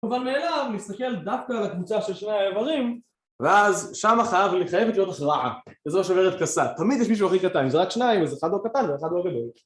אבל מאליו, נסתכל דווקא על הקבוצה של שני האברים ואז שמה חייבת להיות הכרעה כזו שאומרת קסה, תמיד יש מישהו הכי קטן, אם זה רק שניים אז אחד לא קטן ואחד לא גדול